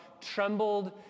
trembled